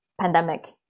pandemic